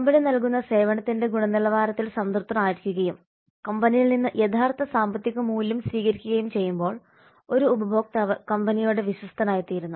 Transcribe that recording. company നൽകുന്ന സേവനത്തിന്റെ ഗുണനിലവാരത്തിൽ സംതൃപ്തനായിരിക്കുകയും കമ്പനിയിൽ നിന്ന് യഥാർത്ഥ സാമ്പത്തിക മൂല്യം സ്വീകരിക്കുകയും ചെയ്യുമ്പോൾ ഒരു ഉപഭോക്താവ് കമ്പനിയോട് വിശ്വസ്തനായിത്തീരുന്നു